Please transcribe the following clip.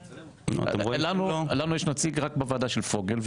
לנו יש נציג רק בוועדה של פוגל,